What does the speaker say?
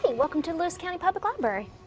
welcome to lewis county public library.